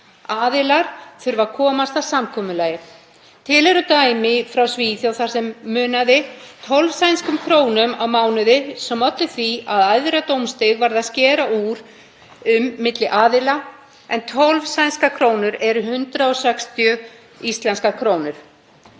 Aðilar þurfi að komast að samkomulagi. Til eru dæmi frá Svíþjóð þar sem munaði 12 sænskum krónum á mánuði sem olli því að æðra dómstig varð að skera úr um milli aðila, en 12 sænskar krónur eru 160 íslenskar krónur.